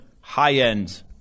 high-end